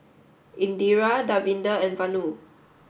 Indira Davinder and Vanu